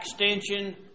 extension